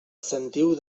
sentiu